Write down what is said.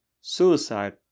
suicide